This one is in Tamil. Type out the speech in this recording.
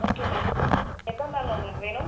ஓகே மேம் எப்போ மேம் உங்களுக்கு வேணும்